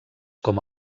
com